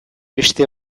beste